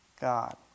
God